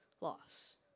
loss